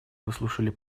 выслушали